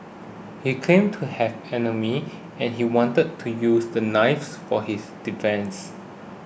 he claimed to have enemies and he wanted to use the knives for his defence